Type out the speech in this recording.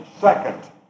second